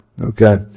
okay